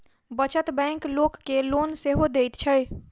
बचत बैंक लोक के लोन सेहो दैत छै